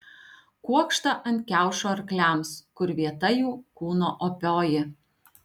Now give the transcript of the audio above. kuokštą ant kiaušo arkliams kur vieta jų kūno opioji